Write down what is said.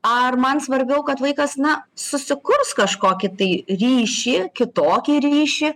ar man svarbiau kad vaikas na susikurs kažkokį tai ryšį kitokį ryšį